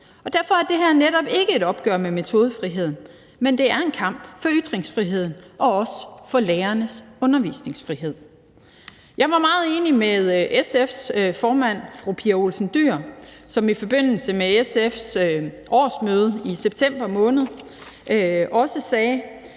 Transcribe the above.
Derfor er det her netop ikke et opgør med metodefriheden, men det er en kamp for ytringsfriheden og også for lærernes undervisningsfrihed. Jeg var meget enig i det svar, som SF's formand, fru Pia Olsen Dyhr, i forbindelse med SF's årsmøde i september måned gav på et